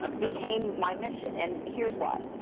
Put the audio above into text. became my mission. and here's why.